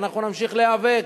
ואנחנו נמשיך להיאבק,